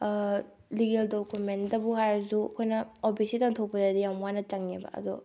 legal ꯗꯣꯀꯨꯃꯦꯟꯗꯕꯨ ꯍꯥꯏꯔꯁꯨ ꯑꯩꯈꯣꯏꯅ ꯑꯣ ꯕꯤ ꯁꯤ ꯇꯥꯟꯊꯣꯛꯄꯗꯗꯤ ꯌꯥꯝ ꯋꯥꯅ ꯆꯪꯉꯦꯕ ꯑꯗꯣ